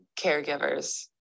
caregivers